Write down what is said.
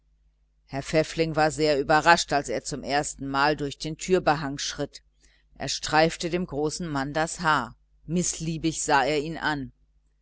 herr pfäffling war sehr überrascht als er zum erstenmal durch die portiere schritt sie streifte dem großen mann das haar er sah sie mißliebig an